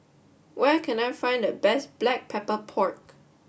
where can I find the best Black Pepper Pork